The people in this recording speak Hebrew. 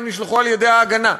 הם נשלחו על-ידי "ההגנה",